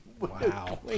Wow